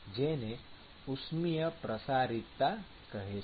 જેને ઉષ્મિય પ્રસારીતતા કહે છે